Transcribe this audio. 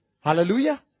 Hallelujah